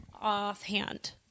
offhand